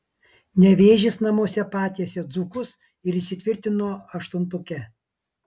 nevėžis namuose patiesė dzūkus ir įsitvirtino aštuntuke